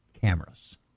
cameras